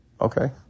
Okay